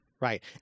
Right